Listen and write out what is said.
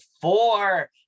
four